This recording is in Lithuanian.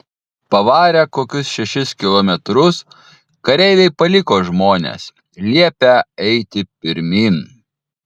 pavarę kokius šešis kilometrus kareiviai paliko žmones liepę eiti pirmyn